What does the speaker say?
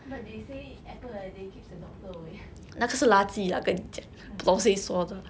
but they say apple a day keeps the doctor away 垃圾